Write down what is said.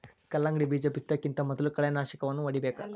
ಕಲ್ಲಂಗಡಿ ಬೇಜಾ ಬಿತ್ತುಕಿಂತ ಮೊದಲು ಕಳೆನಾಶಕವನ್ನಾ ಹೊಡಿಬೇಕ